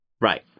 Right